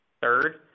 third